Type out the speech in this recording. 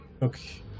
Okay